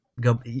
go